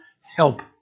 help